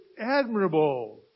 admirable